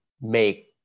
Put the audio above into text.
make